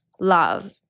Love